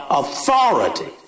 authority